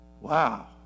wow